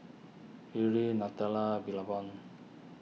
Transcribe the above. Yuri Nutella Billabong